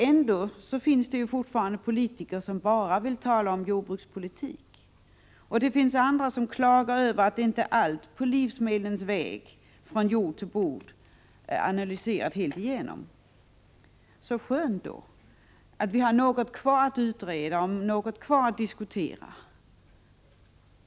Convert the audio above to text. Ändå finns det fortfarande politiker som bara talar om jordbrukspolitik, och det finns andra som klagar över att allt på livsmedlens väg från jord till bord inte är analyserat helt igenom. Men så skönt då — att vi har något kvar att utreda och diskutera!